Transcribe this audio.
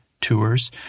tours